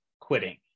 quitting